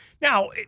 Now